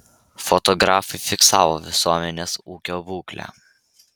fotografai fiksavo visuomenės ūkio būklę